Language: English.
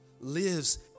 lives